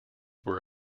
were